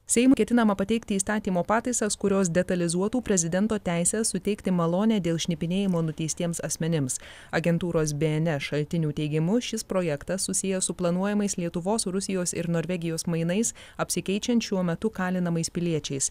seimui ketinama pateikti įstatymo pataisas kurios detalizuotų prezidento teisę suteikti malonę dėl šnipinėjimo nuteistiems asmenims agentūros bns šaltinių teigimu šis projektas susijęs su planuojamais lietuvos rusijos ir norvegijos mainais apsikeičiant šiuo metu kalinamais piliečiais